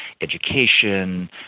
education